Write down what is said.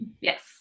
Yes